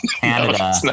Canada